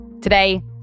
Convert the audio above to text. Today